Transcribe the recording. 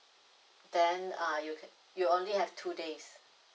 then uh you you only have two days